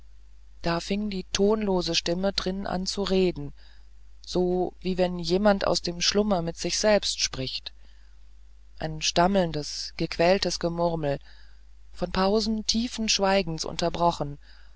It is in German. da fing die tonlose stimme drin an zu reden so wie wenn jemand aus dem schlummer mit sich selbst spricht ein stammelndes gequältes gemurmel von pausen tiefen schweigens unterbrochen